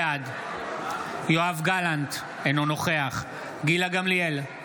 בעד יואב גלנט, אינו נוכח גילה גמליאל,